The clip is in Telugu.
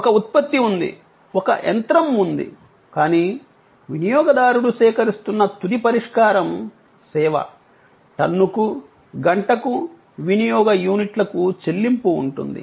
ఒక ఉత్పత్తి ఉంది ఒక యంత్రం ఉంది కానీ వినియోగదారుడు సేకరిస్తున్న తుది పరిష్కారం సేవ టన్నుకు గంటకు వినియోగ యూనిట్లకు చెల్లింపు ఉంటుంది